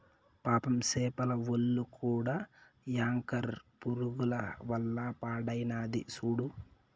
పాపం సేపల ఒల్లు కూడా యాంకర్ పురుగుల వల్ల పాడైనాది సూడు